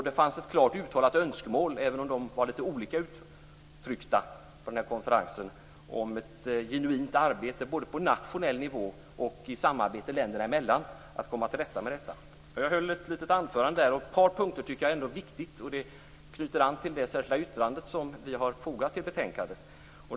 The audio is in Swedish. Det fanns ett klart uttalat önskemål, även om det uttrycktes lite olika på konferensen, om ett genuint arbete både på nationell nivå och i samarbete länderna emellan för att komma till rätta med detta. Jag höll ett litet anförande där, och ett par punkter tycker jag är viktiga. De knyter an till det särskilda yttrande som vi har fogat till betänkandet.